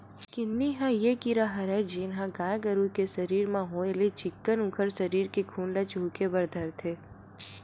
किन्नी ह ये कीरा हरय जेनहा गाय गरु के सरीर म होय ले चिक्कन उखर सरीर के खून ल चुहके बर धरथे